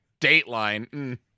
dateline